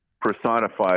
personified